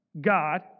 God